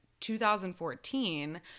2014